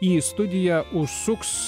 į studiją užsuks